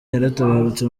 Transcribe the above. yaratabarutse